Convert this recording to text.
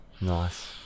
nice